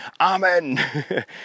Amen